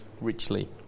richly